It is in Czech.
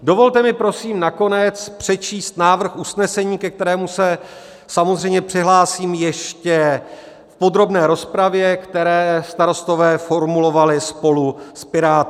Dovolte mi, prosím, nakonec přečíst návrh usnesení, ke kterému se samozřejmě přihlásím ještě v podrobné rozpravě, které starostové formulovali spolu s Piráty: